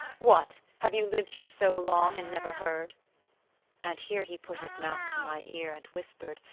what? have you lived here so long, and never heard and here he put his mouth to my ear and whispered,